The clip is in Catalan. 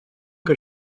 que